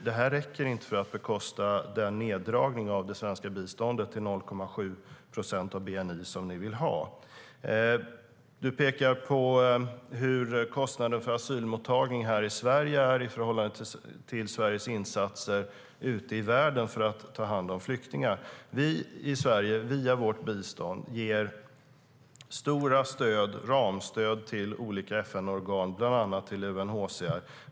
Det här räcker inte för att bekosta den neddragning av det svenska biståndet till 0,7 procent av bni som ni vill genomföra. Du pekar på kostnaden för asylmottagningen här i Sverige i förhållande till Sveriges insatser ute i världen för att ta hand om flyktingar. Vi i Sverige ger via vårt bistånd stora ramstöd till olika FN-organ, bland annat till UNHCR.